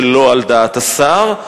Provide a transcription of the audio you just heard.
שלא על דעת השר?